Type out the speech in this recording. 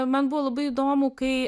man buvo labai įdomu kai